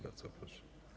Bardzo proszę.